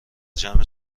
جمع